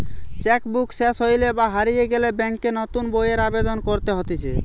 check book সেস হইলে বা হারিয়ে গেলে ব্যাংকে নতুন বইয়ের আবেদন করতে হতিছে